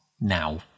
now